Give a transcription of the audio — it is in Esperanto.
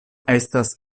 estas